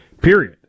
period